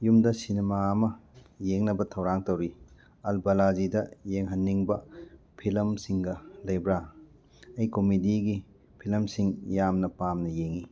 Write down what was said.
ꯌꯨꯝꯗ ꯁꯤꯅꯦꯃꯥ ꯑꯃ ꯌꯦꯡꯅꯕ ꯊꯧꯔꯥꯡ ꯇꯧꯔꯤ ꯑꯜꯕꯥꯂꯥꯖꯤꯗ ꯌꯦꯡꯍꯟꯅꯤꯡꯕ ꯐꯤꯂꯝꯁꯤꯡꯒ ꯂꯩꯕ꯭ꯔꯥ ꯑꯩ ꯀꯣꯃꯦꯗꯤꯒꯤ ꯐꯤꯂꯝꯁꯤꯡ ꯌꯥꯝꯅ ꯄꯥꯝꯅ ꯌꯦꯡꯏ